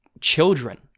children